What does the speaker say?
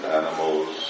animals